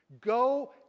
Go